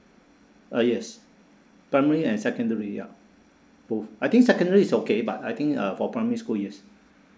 uh yes primary and secondary ya both I think secondary is okay but I think uh for primary school yes